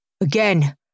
again